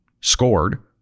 scored